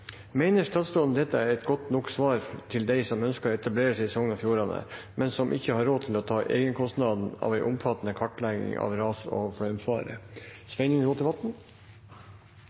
meiner at det er eit godt nok svar til alle dei som ønskjer å etablere seg i distriktskommunar, men ikkje har råd til å betale for eigne kartleggingar. La meg starte litt overordnet innledningsvis. Regjeringen er opptatt av sikkerheten til